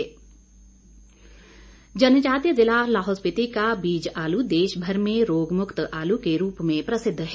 लाहौल आल् जनजातीय जिला लाहौल स्पीति का बीज आलू देश भर में रोगमुक्त आलू के रूप में प्रसिद्ध है